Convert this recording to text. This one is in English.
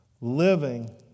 living